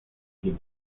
kim